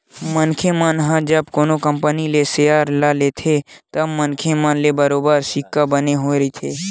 मनखे मन ह जब कोनो कंपनी के सेयर ल लेथे तब मनखे मन ल बरोबर रिस्क बने होय रहिथे